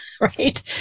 right